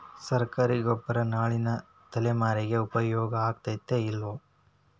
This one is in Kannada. ಸರ್ಕಾರಿ ಗೊಬ್ಬರ ನಾಳಿನ ತಲೆಮಾರಿಗೆ ಉಪಯೋಗ ಆಗತೈತೋ, ಇಲ್ಲೋ?